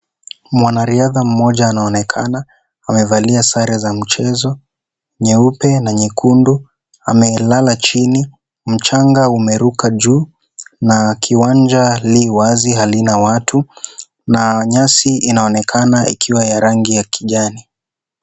Mwanariadha mmoja anaonekana. Amevalia sare za mchezo, nyeupe na nyekundu. Amelala chini, mchanga umeruka juu na kiwanja li wazi, halina watu na nyasi inaonekana ikiwa ya rangi ya kijani.